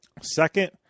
second